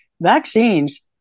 Vaccines